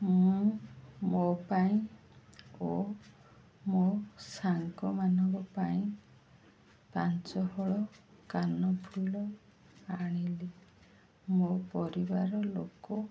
ମୁଁ ମୋ ପାଇଁ ଓ ମୋ ସାଙ୍ଗମାନଙ୍କ ପାଇଁ ପାଞ୍ଚହଳ କାନଫୁଲ ଆଣିଲି ମୋ ପରିବାର ଲୋକ